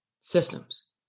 systems